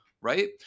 right